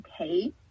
okay